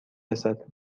رسد